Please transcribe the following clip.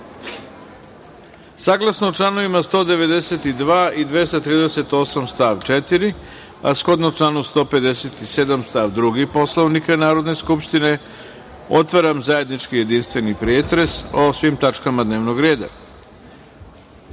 članovima 192. i 238. stav 4, a shodno članu 157. stav 2. Poslovnika Narodne skupštine, otvaram zajednički jedinstveni pretres o svim tačkama dnevnog reda. Da